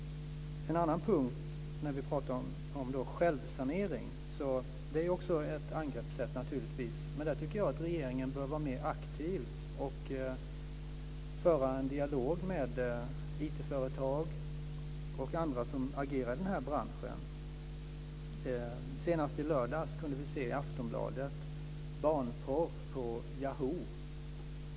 En annan punkt gäller självsanering. Det är naturligtvis också ett angreppssätt. Men där tycker jag att regeringen bör vara mer aktiv, och föra en dialog med IT-företag och andra som agerar i branschen. Senast i lördags kunde vi i Aftonbladet läsa om barnporr på Yahoo.